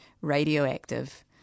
radioactive